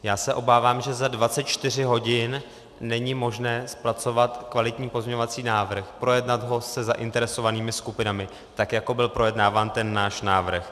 Já se obávám, že za 24 hodin není možné zpracovat kvalitní pozměňovací návrh, projednat ho se zainteresovanými skupinami, tak jako byl projednáván ten náš návrh.